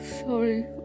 sorry